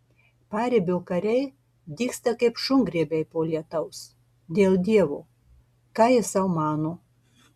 paribio kariai dygsta kaip šungrybiai po lietaus dėl dievo ką jis sau mano